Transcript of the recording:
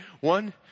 One